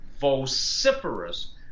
vociferous